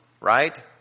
Right